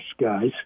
guys